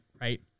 right